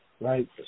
right